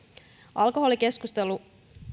alkoholikeskustelu